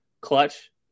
clutch